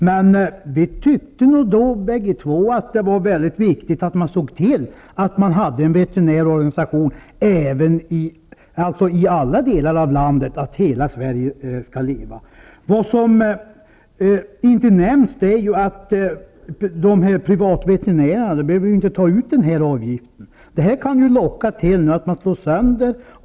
Men vi tyckte då båda två att det var viktigt att se till att vi hade en veterinärorganisation i alla delar av landet -- hela Sverige skall leva. Vad som inte nämns är att privatveterinärerna inte behöver ta ut denna avgift. Det kan locka till att organisationen slås sönder.